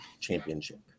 Championship